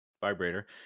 vibrator